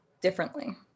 differently